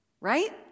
right